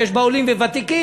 ויש בה עולים וותיקים,